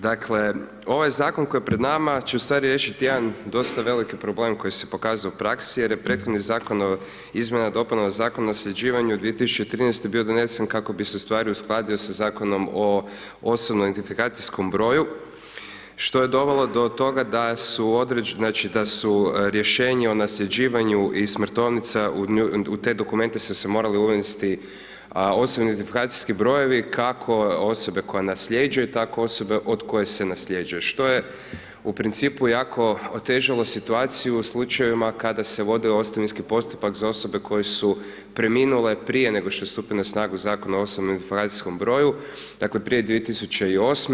Dakle, ovaj zakon koji je pred nama će ustvari riješiti jedan dosta veliki problem koji se pokazao u praksi jer je prethodni zakon o izmjenama i dopunama Zakona o nasljeđivanju od 2013. bio donesen kako bi se ustvari uskladio sa Zakonom o osobnom identifikacijskom broju što je dovelo do toga da su rješenja o nasljeđivanju i smrtovnica, u te dokumente su se morali uvesti OIB-i kako osobe koja nasljeđuje, tako osobe od koje se nasljeđuje što je u principu jako otežalo situaciju u slučajevima kada se vodio ostavinski postupak za osobe koje su preminule pri nego što stupi na snagu Zakon o osobnom identifikacijskom broju, dakle prije 2008.